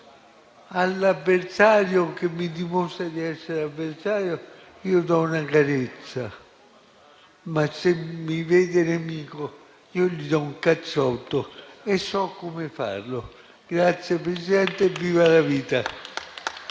all'avversario che mi dimostra di essere tale io do una carezza, ma se mi vede come un nemico, io gli do un cazzotto e so come farlo. Grazie Presidente e viva la vita.